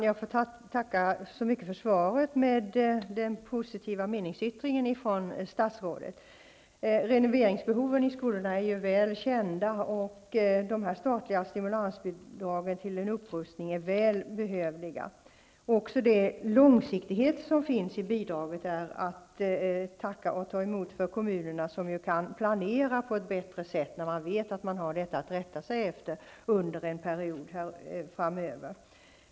Fru talman! Jag tackar för svaret med den positiva meningsyttringen från statsrådet. Renoveringsbehoven i skolorna är väl kända. Det statliga stimulansbidraget till en upprustning är välbehövligt. Också den långsiktighet som finns i bidraget är att tacka och ta emot av kommunerna, som ju kan planera på ett bättre sätt när de vet att de har detta att rätta sig efter under en period framöver.